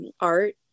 art